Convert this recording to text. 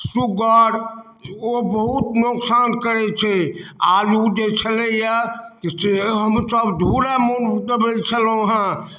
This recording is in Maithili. सुग्गर ओ बहुत नोकसान करै छै आलू जे छलैये से हम सब धुरै मोन उपजबै छलउँहेँ